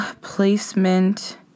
placement